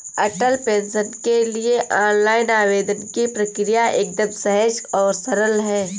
अटल pension के लिए online आवेदन की प्रक्रिया एकदम सहज और सरल है